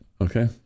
Okay